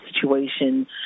situation